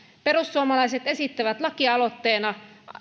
perussuomalaiset esittävät lakialoitteella